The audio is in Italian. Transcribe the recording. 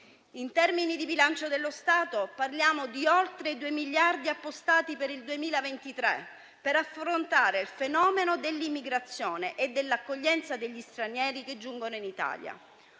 In termini di bilancio dello Stato, parliamo di oltre 2 miliardi appostati per il 2023 per affrontare il fenomeno dell'immigrazione e dell'accoglienza degli stranieri che giungono in Italia.